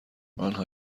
آنها